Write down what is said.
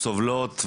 סובלות,